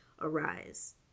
arise